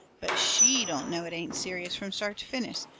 but she don't know it ain't serious from start to finish.